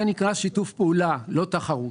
זה נקרא שיתוף פעולה ולא תחרות.